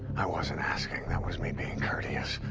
i wasn't asking that was me being courteous.